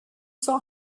saw